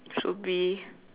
should be